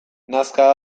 nazka